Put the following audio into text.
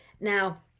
now